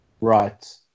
right